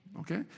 okay